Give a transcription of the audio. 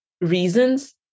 reasons